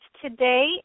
today